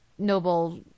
noble